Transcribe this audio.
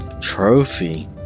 Trophy